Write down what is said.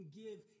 give